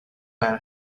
man